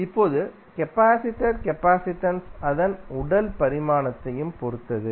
இப்போது கெபாசிடரின் கெபாசிடன்ஸ் அதன் உடல் பரிமாணத்தையும் பொறுத்தது